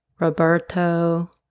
Roberto